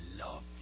love